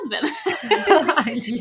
husband